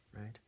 right